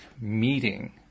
meeting